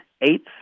eight